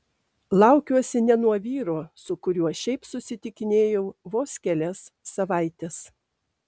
laukiuosi ne nuo vyro su kuriuo šiaip susitikinėjau vos kelias savaites